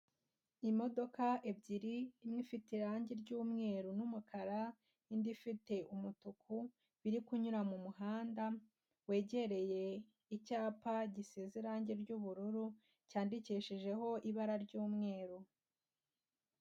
Imodoka ebyiri imwe ifite irangi ry'umweru n'umukara, indi ifite umutuku biri kunyura mumuhanda wegereye icyapa gisize irangi ry'ubururu cyandikishijeho ibara ry'umweru.